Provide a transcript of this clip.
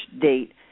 date